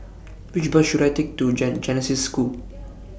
Which Bus should I Take to Gen Genesis School